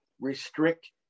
restrict